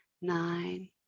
nine